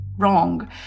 Wrong